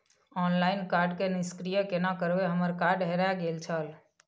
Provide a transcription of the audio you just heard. Online card के निष्क्रिय केना करबै हमर कार्ड हेराय गेल छल?